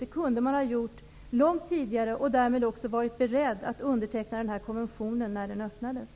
Det kunde ha gjorts långt tidigare, så att man hade varit beredd att underteckna den här konventionen vid öppnandet.